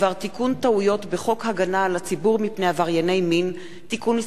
בדבר תיקון טעויות בחוק הגנה על הציבור מפני עברייני מין (תיקון מס'